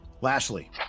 Lashley